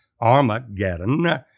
Armageddon